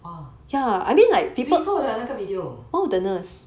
哇谁做的那个 video